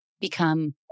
become